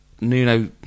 Nuno